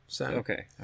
Okay